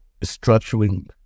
structuring